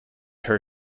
her